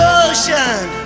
ocean